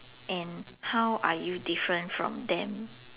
and how are you different from them